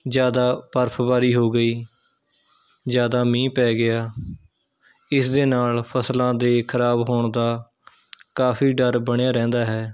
ਜ਼ਿਆਦਾ ਬਰਫ਼ਵਾਰੀ ਹੋ ਗਈ ਜ਼ਿਆਦਾ ਮੀਂਹ ਪੈ ਗਿਆ ਇਸ ਦੇ ਨਾਲ਼ ਫਸਲਾਂ ਦੇ ਖ਼ਰਾਬ ਹੋਣ ਦਾ ਕਾਫ਼ੀ ਡਰ ਬਣਿਆ ਰਹਿੰਦਾ ਹੈ